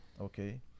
Okay